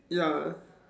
ya